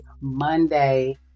Monday